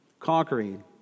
Conquering